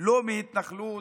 לא מהתנחלות?